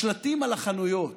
השלטים על החנויות,